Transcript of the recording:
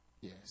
Yes